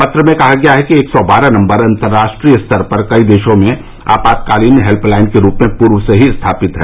पत्र में कहा गया है कि एक सौ बारह नम्बर अंतर्राष्ट्रीय स्तर पर कई देशों में आपातकालीन हेल्य लाइन के रूप में पूर्व से ही स्थापित है